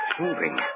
moving